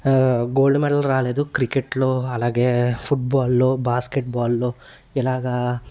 gold medal రాలేదు క్రికెట్లో అలాగే ఫుట్బాల్లో బాస్కెట్బాల్లో ఇలాగా